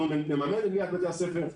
אנחנו נממן את בניית בתי הספר,